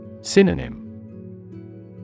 Synonym